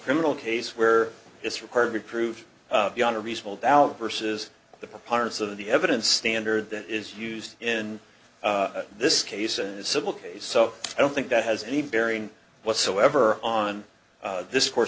criminal case where it's required to prove beyond a reasonable doubt versus the preponderance of the evidence standard that is used in this case in the civil case so i don't think that has any bearing whatsoever on this course